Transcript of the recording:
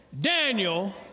Daniel